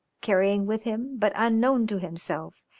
carrying with him, but unknown to himself,